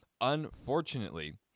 unfortunately